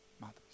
mothers